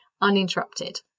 uninterrupted